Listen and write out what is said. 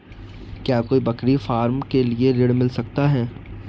क्या कोई बकरी फार्म के लिए ऋण मिल सकता है?